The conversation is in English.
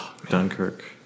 Dunkirk